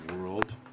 world